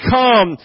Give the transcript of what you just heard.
come